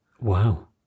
Wow